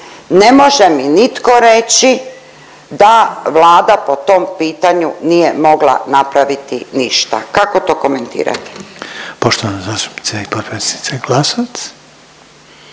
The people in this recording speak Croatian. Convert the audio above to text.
Ne može mi nitko reći da Vlada po tom pitanju nije mogla napraviti ništa, kako to komentirate? **Reiner, Željko